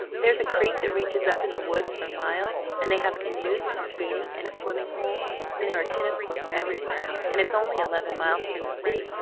there's a creek that reaches up in the woods for miles and they have canoes and skating and a swimming-hole and there are tennis-courts everywhere and it's only eleven miles from the city.